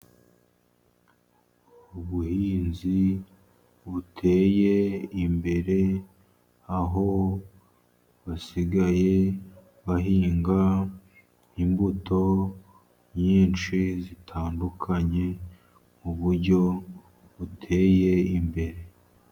Ubuhinzi buteye imbere aho basigaye bahinga imbuto nyinshi zitandukanye mu buryo buteye imbere.